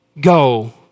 go